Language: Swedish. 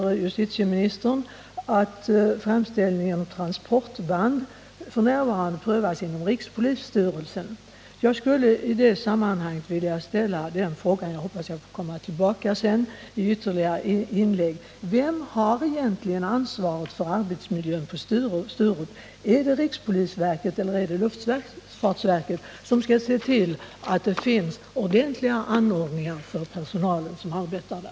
Justitieministern säger nu att en framställning om att få transportband f. n. prövas inom rikspolisstyrelsen. Jag skulle i det sammanhanget vilja ställa frågan — jag hoppas att jag får återkomma senare i ytterligare inlägg: Vem har egentligen ansvaret för arbetsmiljön på Sturup? Är det rikspolisstyrelsen eller är det luftfartsverket som skall se till att det finns ordentliga anordningar för den personal som arbetar där?